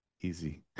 Easy